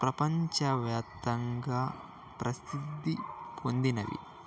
ప్రపంచవ్యాప్తంగా ప్రసిద్ధి పొందినవి